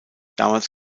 damals